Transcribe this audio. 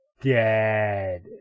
dead